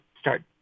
start